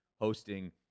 hosting